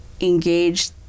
engage